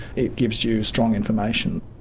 it gives you strong information.